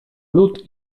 lód